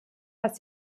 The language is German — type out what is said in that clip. was